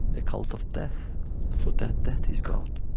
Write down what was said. a cult of death for them death is god